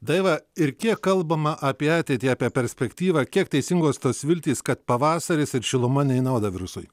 daiva ir kiek kalbama apie ateitį apie perspektyvą kiek teisingos tos viltys kad pavasaris ir šiluma ne į naudą virusui